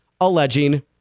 alleging